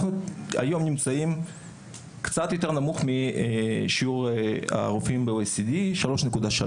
אנחנו נמצאים היום קצת יותר נמוך משיעור הרופאים ב-OECD - 3.3.